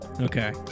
Okay